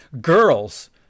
girls